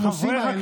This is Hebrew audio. בנושאים,